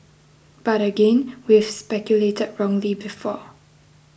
but again we've speculated wrongly before